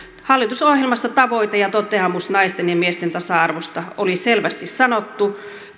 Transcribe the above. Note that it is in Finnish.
hallitusohjelmassa tavoite ja toteamus naisten ja miesten tasa arvosta oli selvästi sanottu